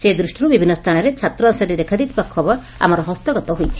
ସେ ଦୃଷ୍ଟିରୁ ବିଭିନ୍ନ ସ୍ଚାନରେ ଛାତ୍ର ଅଶାନ୍ତି ଦେଖାଦେଇଥିବା ଖବର ଆମର ହସ୍ତଗତ ହୋଇଛି